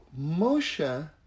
Moshe